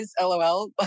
LOL